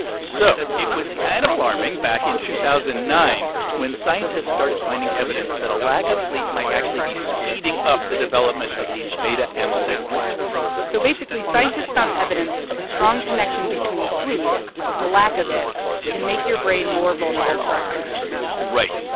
so it was kind of alarming back in two thousand and nine when scientists started finding evidence that a lack of sleep might actually be speeding up the development of these beta-amyloid plaques so basically, scientists found evidence of a strong connection between sleep like, a lack of it can make your brain more vulnerable to alzheimer's right,